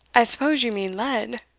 i suppose you mean lead.